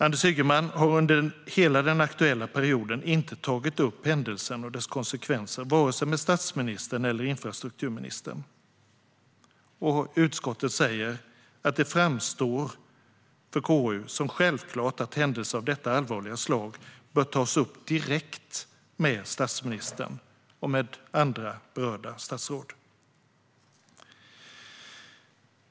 Anders Ygeman har under hela den aktuella perioden inte tagit upp händelsen och dess konsekvenser vare sig med statsministern eller med infrastrukturministern, och utskottet säger: "Det framstår för utskottet som självklart att händelser av detta allvarliga slag bör tas upp direkt med statsministern och andra berörda statsråd."